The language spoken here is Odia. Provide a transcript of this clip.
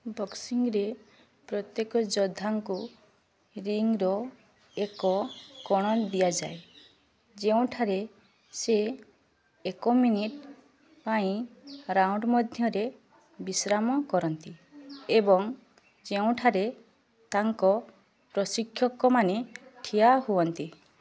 ବକ୍ସିଂରେ ପ୍ରତ୍ୟେକ ଯୋଦ୍ଧାଙ୍କୁ ରିଙ୍ଗର ଏକ କୋଣ ଦିଆଯାଏ ଯେଉଁଠାରେ ସେ ଏକ୍ ମିନିଟ୍ ପାଇଁ ରାଉଣ୍ଡ ମଧ୍ୟରେ ବିଶ୍ରାମ କରନ୍ତି ଏବଂ ଯେଉଁଠାରେ ତାଙ୍କ ପ୍ରଶିକ୍ଷକମାନେ ଠିଆ ହୁଅନ୍ତି